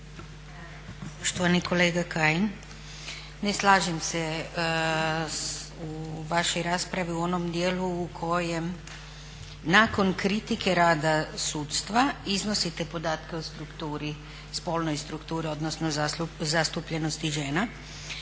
Štovani kolega Kajin ne slažem se u vašoj raspravi u onom dijelu u kojem nakon kritike rada sudstva iznosite podatke o spolnoj strukturi odnosno zastupljenosti žena.